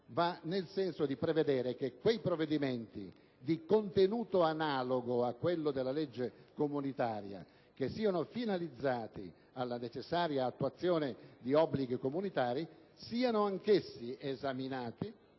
va nel senso di prevedere che quei provvedimenti di contenuto analogo a quello della legge comunitaria che siano finalizzati alla necessaria attuazione di obblighi comunitari siano anch'essi esaminati